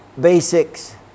basics